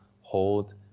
hold